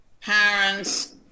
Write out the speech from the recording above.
parents